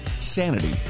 sanity